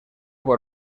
por